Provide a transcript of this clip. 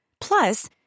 Plus